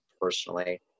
personally